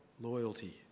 loyalty